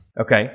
Okay